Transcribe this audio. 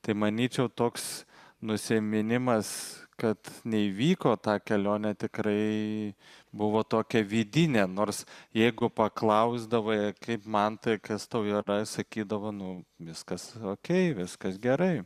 tai manyčiau toks nusiminimas kad neįvyko ta kelionė tikrai buvo tokia vidinė nors jeigu paklausdavai kaip mantai kas tau yra sakydavo nu viskas okei viskas gerai